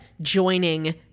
joining